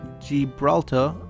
Gibraltar